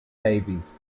navies